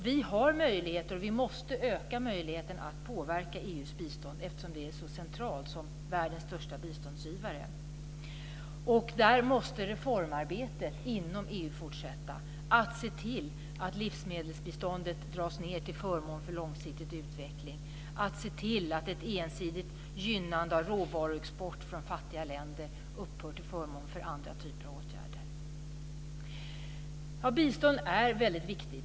Vi har möjligheter, men vi måste öka möjligheten att påverka EU:s bistånd, eftersom det är så centralt, som världens största biståndsgivare. Där måste reformarbetet inom EU fortsätta. Man måste se till att livsmedelsbiståndet dras ned till förmån för långsiktig utveckling, se till att ett ensidigt gynnande av råvaruexport från fattiga länder upphör till förmån för andra typer av åtgärder. Bistånd är mycket viktigt.